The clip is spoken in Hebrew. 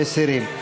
מסירים.